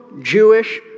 Jewish